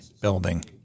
building